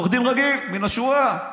עורך דין רגיל מן השורה.